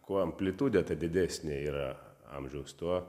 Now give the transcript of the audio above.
kuo amplitudė didesnė yra amžiaus tuo